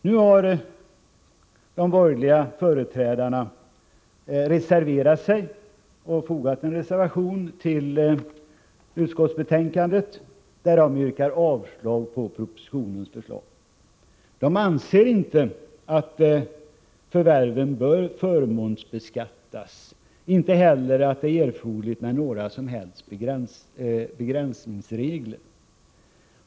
Nu har de borgerliga utskottsledamöterna fogat en reservation till utskottsbetänkandet där de yrkar avslag på propositionens förslag. De anser inte att förvärven bör förmånsbeskattas. De anser inte heller att det är erforderligt med några som helst begränsningsregler.